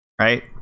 right